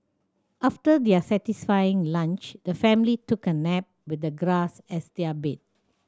after their satisfying lunch the family took a nap with the grass as their bed